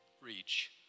reach